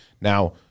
Now